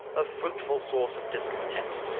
a fruitful source of discontent.